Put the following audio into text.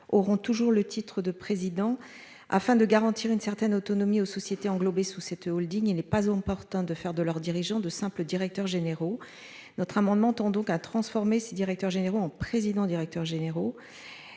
auront toujours le titre de président afin de garantir une certaine autonomie aux sociétés englobées sous cette Holding n'est pas opportun de faire de leurs dirigeants de simples directeurs généraux notre amendement tend donc à transformer ces directeurs généraux en présidents directeurs généraux.